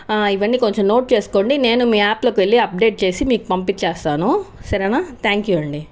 ఇవన్నీ కొంచెం నోట్ చేసుకోండి నేను మీ యాప్లోకి వెళ్ళి ఆప్డేట్ చేసి మీకు పంపించేస్తాను సరేనా థ్యాంక్ యూ అండి